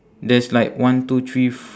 there's like one two three f~